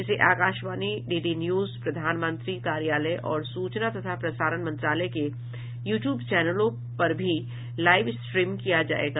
इसे Akashvani DD news प्रधानमंत्री कार्यालय और सूचना तथा प्रसारण मंत्रालय के यूटूब चैनलों पर भी लाइव स्ट्रीम किया जायेगा